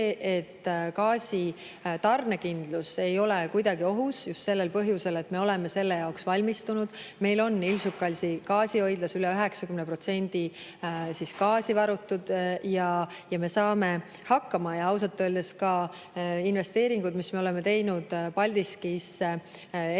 et gaasitarnekindlus ei ole kuidagi ohus just sellel põhjusel, et me oleme selle jaoks valmistunud. Meil on Inčukalnsi gaasihoidlas üle 90% gaasi varutud ja me saame hakkama. Ausalt öeldes, ka investeeringud, mis me oleme teinud Paldiskis LNG